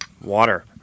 water